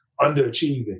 underachieving